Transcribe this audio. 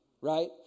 right